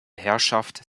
herrschaft